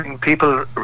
people